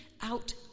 out